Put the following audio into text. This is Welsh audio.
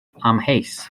amheus